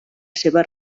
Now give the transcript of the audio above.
seva